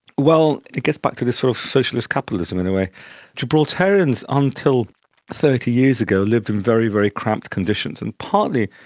well, it gets back to this sort of socialist capitalism in a gibraltarians until thirty years ago lived in very, very cramped conditions, and partly,